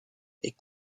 est